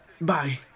Bye